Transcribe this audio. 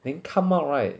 then come out right